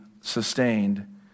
sustained